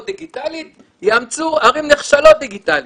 דיגיטלית יאמצו ערים נחשלות דיגיטלית,